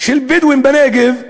של בדואים בנגב,